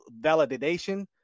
validation